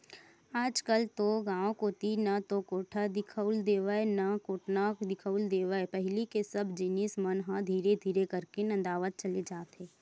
आजकल तो गांव कोती ना तो कोठा दिखउल देवय ना कोटना दिखउल देवय पहिली के सब जिनिस मन ह धीरे धीरे करके नंदावत चले जात हे